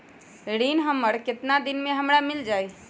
ऋण हमर केतना दिन मे हमरा मील जाई?